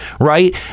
right